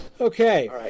okay